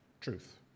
truth